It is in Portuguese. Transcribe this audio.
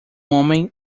homem